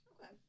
Okay